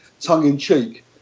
tongue-in-cheek